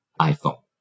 iPhone